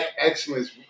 excellence